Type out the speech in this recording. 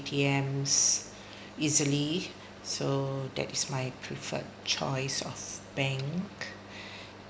T_M's easily so that is my preferred choice of bank